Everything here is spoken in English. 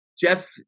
Jeff